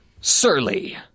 Surly